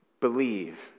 believe